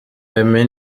aimée